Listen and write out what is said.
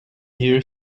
here